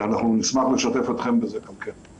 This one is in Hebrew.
ואנחנו נשמח לשתף אתכם בכך גם כן.